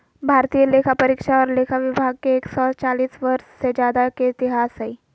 भारतीय लेखापरीक्षा और लेखा विभाग के एक सौ चालीस वर्ष से ज्यादा के इतिहास हइ